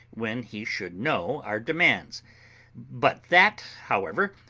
when he should know our demands but that, however,